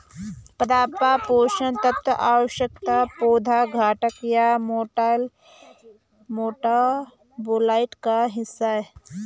पादप पोषण तत्व आवश्यक पौधे घटक या मेटाबोलाइट का हिस्सा है